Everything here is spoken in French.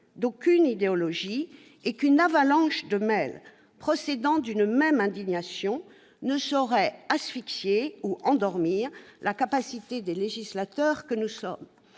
d'aucune idéologie, et qu'une avalanche de mails procédant d'une même indignation ne saurait asphyxier ou endormir la capacité des législateurs que nous sommes.